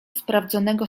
sprawdzonego